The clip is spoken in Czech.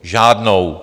Žádnou.